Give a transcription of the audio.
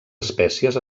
espècies